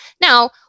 Now